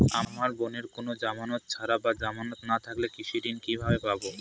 আমার বোনের কোন জামানত ছাড়া বা জামানত না থাকলে কৃষি ঋণ কিভাবে পাবে?